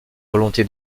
volonté